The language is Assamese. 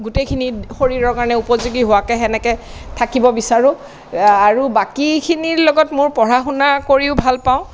গোটেইখিনি শৰীৰৰ কাৰণে উপযোগী হোৱাকে সেনেকে থাকিব বিচাৰো আৰু বাকীখিনিৰ লগত মোৰ পঢ়া শুনা কৰিও ভাল পাওঁ